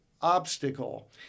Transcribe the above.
obstacle